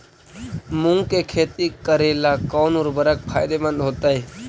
मुंग के खेती करेला कौन उर्वरक फायदेमंद होतइ?